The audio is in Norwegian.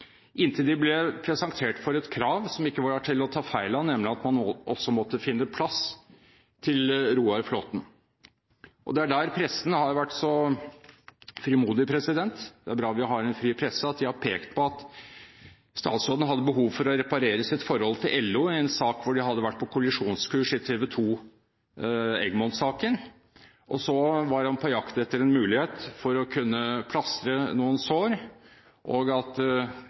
inntil de ble presentert for et krav som ikke var til å ta feil av, nemlig at man også måtte finne plass til Roar Flåthen. Det er her pressen har vært så frimodig – det er bra vi har en fri presse – at de har pekt på at statsråden hadde behov for å reparere sitt forhold til LO. Etter en sak hvor de hadde vært på kollisjonskurs – i TV 2–Egmont-saken – var han på jakt etter en mulighet til å kunne plastre noen sår, og man undersøkte muligheten for at